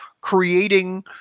creating –